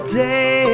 day